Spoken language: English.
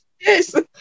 yes